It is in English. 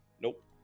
nope